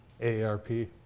AARP